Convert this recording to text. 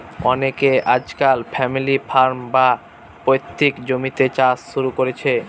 অনকে আজকাল family farm, বা পৈতৃক জমিতে চাষ শুরু করেছে